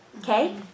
okay